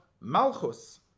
malchus